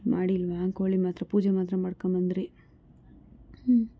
ಮಾಡಿಲ್ವಾ ಕೋಳಿ ಮಾತ್ರ ಪೂಜೆ ಮಾತ್ರ ಮಾಡ್ಕೊಂಡ್ಬಂದ್ರಿ ಹ್ಞೂ